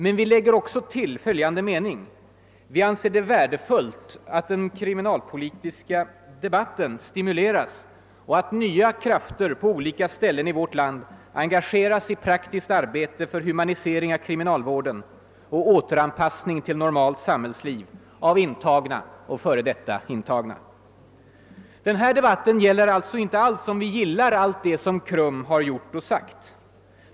Men vi lägger också till följande mening: »Vi anser det däremot värdefullt att den kriminalpolitiska debatten stimuleras och att nya krafter på olika ställen i vårt land engageras i praktiskt arbete för humanisering av kriminalvården och återanpassning till normalt samhällsliv av intagna och f. d. intagna.» Den här debatten gäller alltså inte alls om vi gillar allt det som KRUM har gjort och sagt.